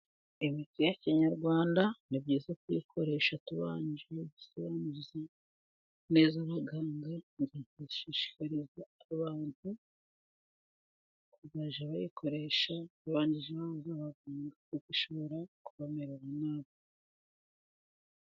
Imiti ya kinyarwanda ni myiza kuyikoresha tubanje gusobanuza neza abaganga, gushishikariza abantu kuzajya bayikoresha babanje kubaza abangaga kuko ishobora kubamerera nabi.